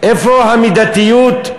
איפה המידתיות?